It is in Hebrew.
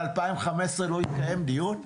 מ-2015 לא התקיים דיון?